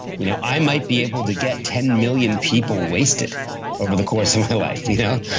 you know i might be able to get ten million people wasted over the course of my life. you know